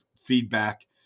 feedback